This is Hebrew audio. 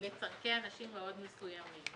לצרכי אנשים מאוד מסוימים